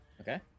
Okay